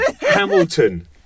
Hamilton